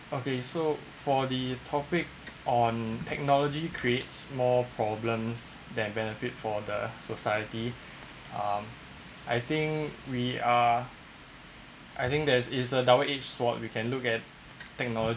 okay so for the topic on technology creates more problems that benefit for the society um I think we are I think there's is a double edge sword you can look at technology